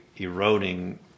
eroding